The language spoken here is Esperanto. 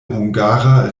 hungara